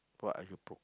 what are you pro~